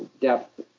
depth